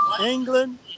England